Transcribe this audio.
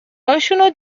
هاشونو